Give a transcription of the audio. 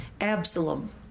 Absalom